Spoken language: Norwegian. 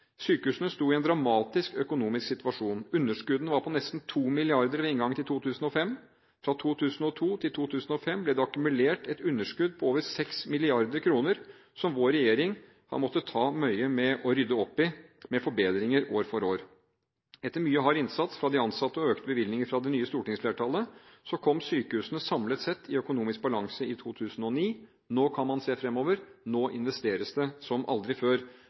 Sykehusene sto i en dramatisk økonomisk situasjon. Underskuddene var på nesten 2 mrd. kr ved inngangen til 2005. Fra 2002 til 2005 ble det akkumulert et underskudd på over 6 mrd. kr, som vår regjering har måttet ta møye med å rydde opp i – med forbedringer år for år. Etter mye hard innsats fra de ansatte og økte bevilgninger fra det nye stortingsflertallet kom sykehusene samlet sett i økonomisk balanse i 2009. Nå kan man se fremover. Nå investeres det som aldri før.